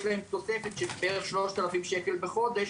יש להם תוספת של בערך 3,000 שקל בחודש,